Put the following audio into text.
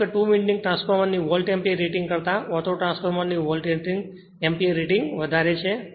મતલબ કે two winding ટ્રાન્સફોર્મરની વોલ્ટ એમ્પીયર રેટિંગ કરતા ઓટોટ્રાન્સફોર્મરની વોલ્ટ એમ્પીયર રેટિંગ વધારે છે